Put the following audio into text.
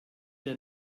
der